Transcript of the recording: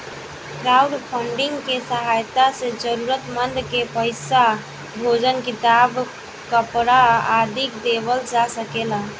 crowdfunding के सहायता से जरूरतमंद के पईसा, भोजन किताब, कपरा आदि देवल जा सकेला